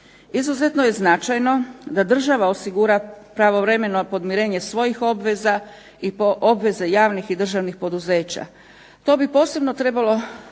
Izuzetno je značajno da država osigura pravovremeno podmirenje svojih obveza i obveze državnih i javnih poduzeća. To bi posebno trebalo